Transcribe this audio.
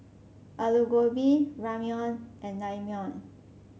Alu Gobi Ramyeon and Naengmyeon